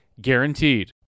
guaranteed